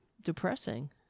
depressing